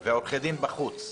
אבל עורך דין בחוץ?